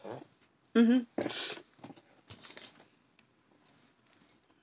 mmhmm